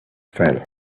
fell